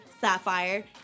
Sapphire